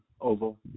oval